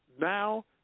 now